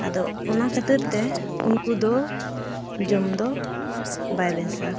ᱟᱫᱚ ᱚᱱᱟ ᱠᱷᱟᱹᱛᱤᱨ ᱛᱮ ᱩᱱᱠᱩ ᱫᱚ ᱡᱚᱢ ᱫᱚ ᱵᱟᱭ ᱵᱮᱥᱟ